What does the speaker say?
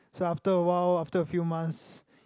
so after awhile after a few months